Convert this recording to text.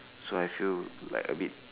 so I feel like we